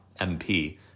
MP